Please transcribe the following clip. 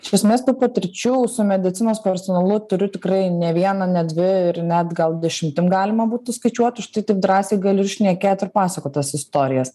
iš esmės tų patričių su medicinos personalu turiu tikrai ne vieną ne dvi ir net gal dešimtim galima būtų skaičiuot už tai taip drąsiai galiu ir šnekėt ir pasakot tas istorijas